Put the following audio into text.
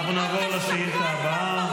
אנחנו נעבור לשאילתה הבאה,